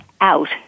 out